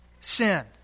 sin